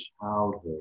childhood